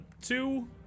two